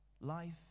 Life